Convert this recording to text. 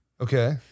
Okay